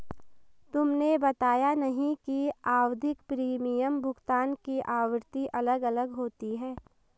तुमने बताया नहीं कि आवधिक प्रीमियम भुगतान की आवृत्ति अलग अलग होती है